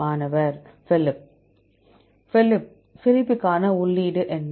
மாணவர் Phylip phylip phylip க்கான உள்ளீடு என்ன